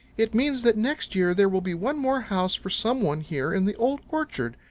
it means that next year there will be one more house for some one here in the old orchard.